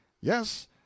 Yes